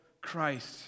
Christ